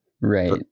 Right